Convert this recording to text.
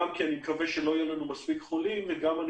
גם כי אני מקווה שלא יהיו לנו מספיק חולים וגם כי